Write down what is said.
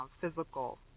physical